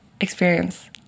experience